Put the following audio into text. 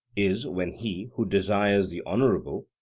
is when he, who desires the honourable,